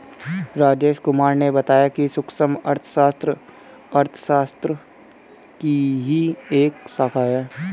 राजेश कुमार ने बताया कि सूक्ष्म अर्थशास्त्र अर्थशास्त्र की ही एक शाखा है